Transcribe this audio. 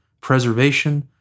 preservation